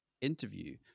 interview